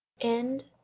End